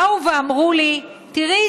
באו ואמרו לי: תראי,